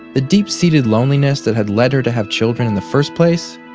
the deep-seated loneliness that had led her to have children in the first place?